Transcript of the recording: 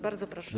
Bardzo proszę.